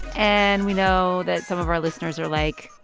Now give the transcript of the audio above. and we know that some of our listeners are, like,